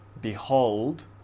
Behold